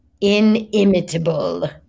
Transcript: inimitable